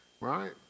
Right